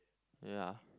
ya